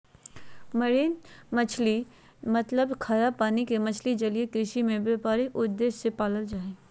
marine मछली मतलब खारा पानी के मछली जलीय कृषि में व्यापारिक उद्देश्य से पालल जा हई